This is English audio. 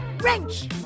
Wrench